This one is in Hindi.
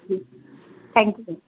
ji thank you